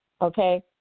okay